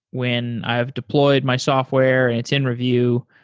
when i've deployed my software and it's in review,